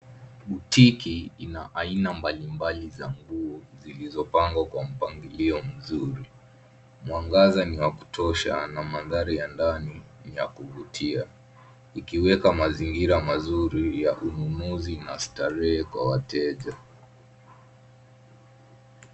Botiki ina aina mbalimbali za nguo zilizopangwa kwa mpangilio mzuri. Mwangaza ni wa kutosha na mandhari ya ndani ni ya kuvutia. Ikiweka mazingira mazuri ya ununuzi na starehe kwa wateja.